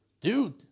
Dude